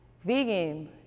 Vegan